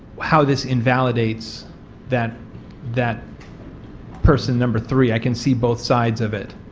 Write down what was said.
how this invalidates that that person number three. i can see both sides of it.